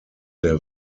der